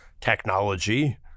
technology